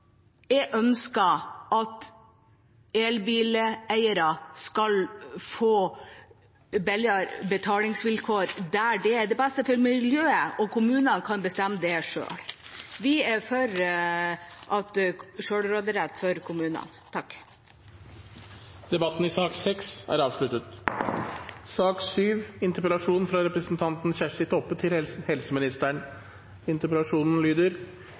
Jeg ønsker at elbileiere skal få billigere betalingsvilkår der det er det beste for miljøet, og at kommunene kan få bestemme det selv. Vi er for selvråderett for kommunene. Flere har ikke bedt om ordet til sak